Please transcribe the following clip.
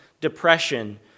depression